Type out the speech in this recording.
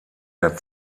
der